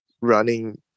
running